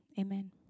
Amen